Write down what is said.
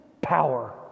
power